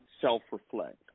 self-reflect